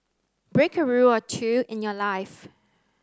break a rule or two in your life